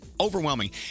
overwhelming